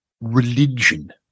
Religion